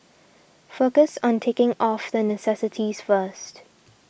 focus on ticking off the necessities first